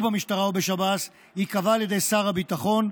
במשטרה ובשב"ס ייקבע על ידי שר הביטחון,